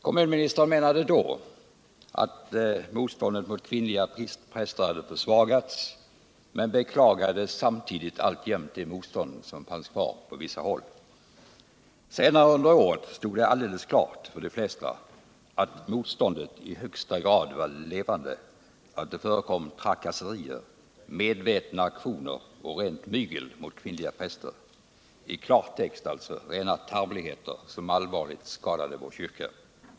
Kommunministern menade då att motståndet mot kvinnliga präster hade försvagats, men beklagade samtidigt det motstånd som alltjämt fanns kvar på vissa håll. Senare under året stod det alldeles klart för de flesta att motståndet i högsta grad var levande och att det förekom trakasserier, medvetna aktioner och rent mygel mot kvinnliga präster — i klartext alltså rena tarvligheter som allvarligt skadade vår kyrka.